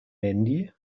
mandy